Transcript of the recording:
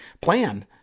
plan